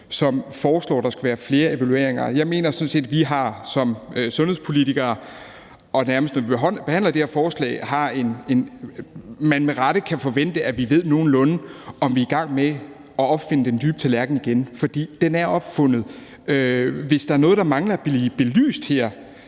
som foreslår, at der skal være flere evalueringer. Jeg mener sådan set, at man med rette kan forvente, at vi som sundhedspolitikere, der behandler det her forslag, ved nogenlunde, om vi er i gang med at opfinde den dybe tallerken igen – for den er opfundet. Hvis der er noget, der mangler at blive belyst her,